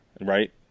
right